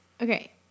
Okay